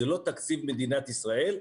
זה לא תקציב מדינת ישראל,